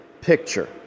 picture